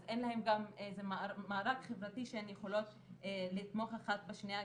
אז אין להן גם מארג חברתי שהן יכולות לתמוך אחת בשנייה.